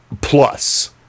plus